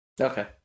Okay